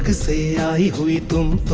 see them